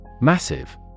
Massive